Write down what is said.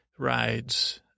rides